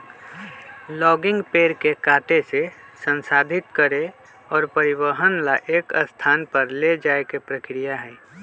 logging पेड़ के काटे से, संसाधित करे और परिवहन ला एक स्थान पर ले जाये के प्रक्रिया हई